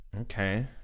Okay